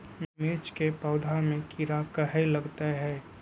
मिर्च के पौधा में किरा कहे लगतहै?